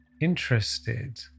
interested